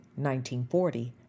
1940